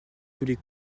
tous